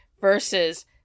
Versus